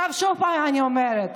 שוב אני אומרת,